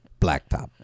blacktop